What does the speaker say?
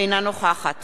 אינה נוכחת